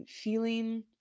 feeling